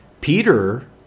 Peter